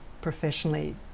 professionally